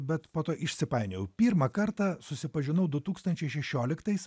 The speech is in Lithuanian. bet po to išsipainiojau pirmą kartą susipažinau du tūkstančiai šešioliktais